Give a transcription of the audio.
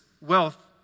wealth